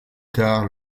tard